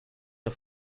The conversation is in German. der